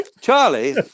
Charlie